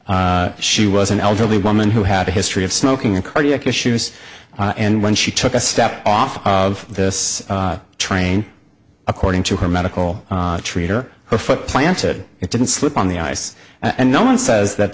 she was an elderly woman who had a history of smoking and cardiac issues and when she took a step off of this train according to her medical treater her foot planted it didn't slip on the ice and no one says that